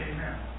Amen